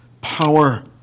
power